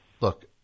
Look